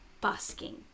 busking